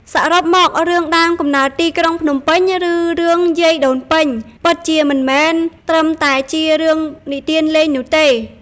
សរុបមក រឿង "ដើមកំណើតទីក្រុងភ្នំពេញ" ឬ "រឿងយាយដូនពេញ" ពិតជាមិនមែនត្រឹមតែជារឿងនិទានលេងនោះទេ។